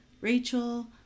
Rachel